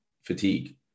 fatigue